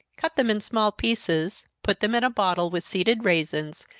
cut them in small pieces, put them in a bottle, with seeded raisins,